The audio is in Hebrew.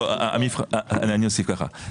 אני אוסיף ככה,